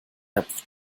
napf